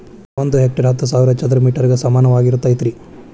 ಒಂದ ಹೆಕ್ಟೇರ್ ಹತ್ತು ಸಾವಿರ ಚದರ ಮೇಟರ್ ಗ ಸಮಾನವಾಗಿರತೈತ್ರಿ